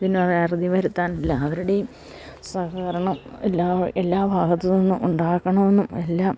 ഇതിനൊരറുതി വരുത്താൻ എല്ലാവരുടെയും സഹകരണം എല്ലാ ഭാഗത്തുനിന്നും ഉണ്ടാകണമെന്നും എല്ലാം